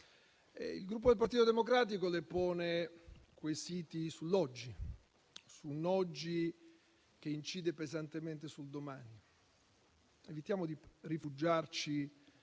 il Gruppo Partito Democratico le pone quesiti sull'oggi, un oggi che incide pesantemente sul domani. Evitiamo di rifugiarci